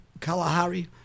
Kalahari